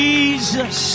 Jesus